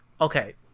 Okay